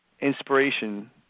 inspiration